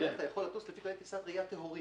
בהם אפשר לטוס לפי כללי טיסת ראיה טהורים,